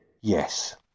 Yes